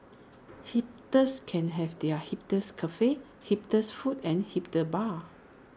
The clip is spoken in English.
hipsters can have their hipsters cafes hipsters foods and hipster bars